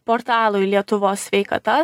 portalui lietuvos sveikata